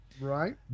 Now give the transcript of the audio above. Right